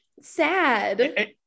Sad